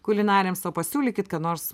kulinarinėms o pasiūlykit ką nors